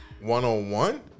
one-on-one